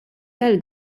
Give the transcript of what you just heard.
tal